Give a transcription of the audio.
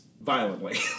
violently